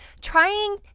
Trying